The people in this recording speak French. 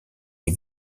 les